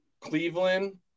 Cleveland